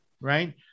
right